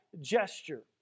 gesture